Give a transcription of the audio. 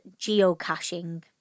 Geocaching